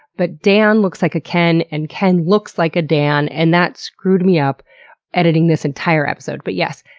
but dan looks like a ken and ken looks like a dan, and that screwed me up editing this entire episode. but yes,